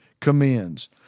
commends